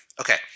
Okay